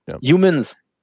Humans